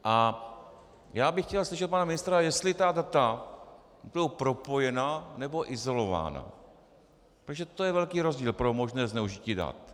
A já bych chtěl slyšet pana ministra, jestli ta data budou propojena, nebo izolována, protože to je velký rozdíl pro možné zneužití dat.